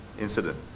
Incident